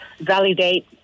validate